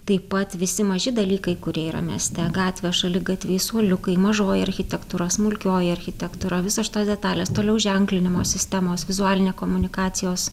taip pat visi maži dalykai kurie yra mieste gatvės šaligatviai suoliukai mažoji architektūra smulkioji architektūra visos šitos detalės toliau ženklinimo sistemos vizualinė komunikacijos